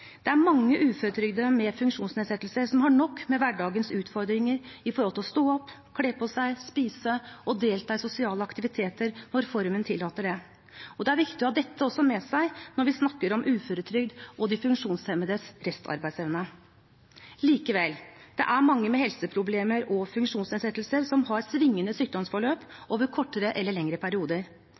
Det er mange uføretrygdede med funksjonsnedsettelser som har nok med hverdagens utfordringer med hensyn til å stå opp, kle på seg, spise og delta i sosiale aktiviteter når formen tillater det. Det er viktig å ha også dette med seg når vi snakker om uføretrygd og de funksjonshemmedes restarbeidsevne. Likevel: Det er mange med helseproblemer og funksjonsnedsettelser som har svingende sykdomsforløp over kortere eller lengre perioder.